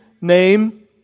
name